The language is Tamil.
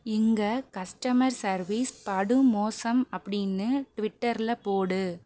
இங்கே கஸ்டமர் சர்வீஸ் படுமோசம் அப்படின்னு ட்விட்டரில் போடு